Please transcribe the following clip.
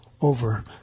over